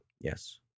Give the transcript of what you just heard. Yes